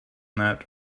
that